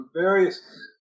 various